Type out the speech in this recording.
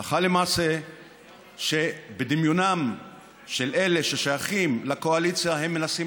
הלכה למעשה שבדמיונם של אלה ששייכים לקואליציה הם מנסים